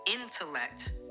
intellect